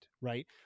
Right